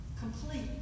Complete